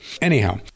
Anyhow